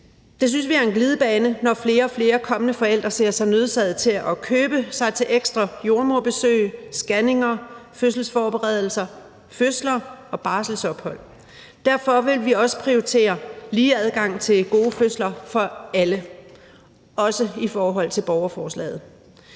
Vi synes, det er en glidebane, når flere og flere kommende forældre ser sig nødsaget til at købe sig til ekstra jordemoderbesøg, scanninger, fødselsforberedelser, fødsels- og barselsophold. Derfor vil vi også prioritere lige adgang til gode fødsler for alle, også i forhold til borgerforslaget.